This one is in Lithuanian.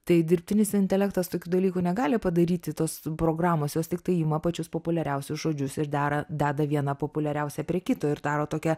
tai dirbtinis intelektas tokių dalykų negali padaryti tos programos jos tiktai ima pačius populiariausius žodžius ir dera deda vieną populiariausią prie kito ir daro tokią